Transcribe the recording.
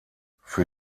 für